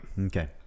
Okay